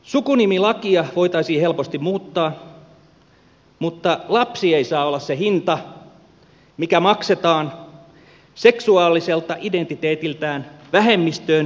sukunimilakia voitaisiin helposti muuttaa mutta lapsi ei saa olla se hinta mikä maksetaan seksuaaliselta identiteetiltään vähemmistöön kuuluvan henkilön itsetunnosta